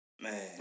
Man